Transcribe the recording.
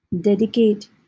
Dedicate